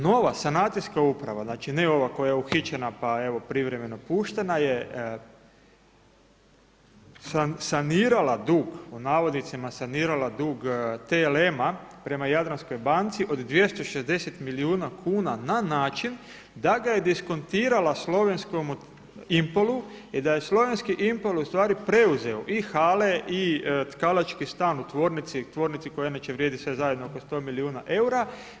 Nova sanacijska uprava znači ne ova koja je uhićena pa evo privremeno puštena je „sanirala dug“ TLM-a prema Jadranskoj banci od 260 milijuna kuna na način da ga je diskontirala slovenskom Impolu i da je slovenski Impol ustvari preuzeo i hale i tkalački stan u tvornici, tvornici koja inače vrijedi sve zajedno oko 100 milijuna eura.